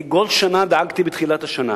אני כל שנה דאגתי בתחילת השנה